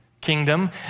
kingdom